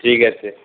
ঠিক আছে